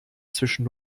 zwischen